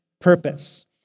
purpose